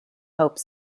hope